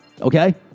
Okay